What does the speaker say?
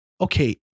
Okay